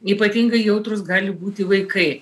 ypatingai jautrūs gali būti vaikai